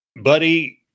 Buddy